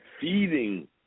feeding